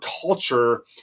culture